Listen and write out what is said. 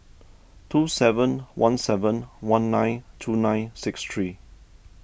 two seven one seven one nine two nine six three